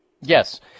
Yes